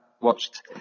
watched